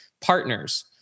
partners